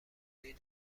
این